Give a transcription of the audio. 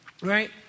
Right